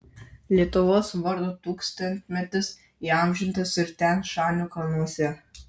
lietuvos vardo tūkstantmetis įamžintas ir tian šanio kalnuose